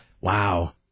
Wow